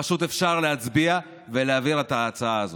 פשוט אפשר להצביע ולהעביר את ההצעה הזאת.